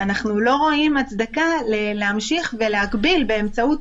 אני עורכת דין ואנחנו מייצגים גם